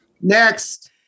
Next